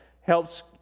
helps